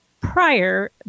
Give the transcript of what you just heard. prior